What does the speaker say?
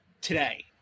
today